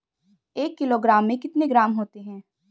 एक किलोग्राम में कितने ग्राम होते हैं?